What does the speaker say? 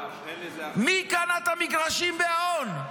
מי קנה את המגרשים בהאון?